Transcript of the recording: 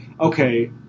Okay